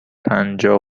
پنجاه